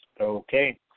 Okay